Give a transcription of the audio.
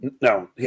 No